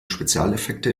spezialeffekte